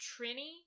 trini